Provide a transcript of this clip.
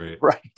Right